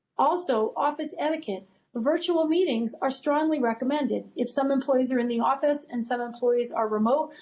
also, office etiquette virtual meetings are strongly recommended if some employees are in the office and some employees are remote.